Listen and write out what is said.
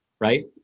right